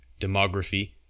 demography